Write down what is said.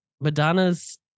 Madonna's